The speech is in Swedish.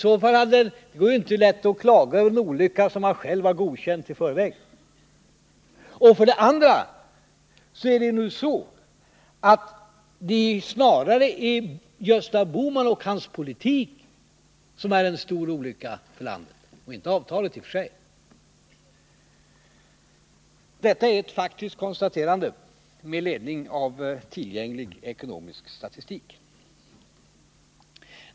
Han klagar alltså över en olycka som han själv har godkänt i förväg! För det andra är det snarare Gösta Bohman och hans politik som är en olycka för landet och inte avtalet i sig. Detta är ett faktiskt konstaterande med ledning av tillgänglig ekonomisk statistik.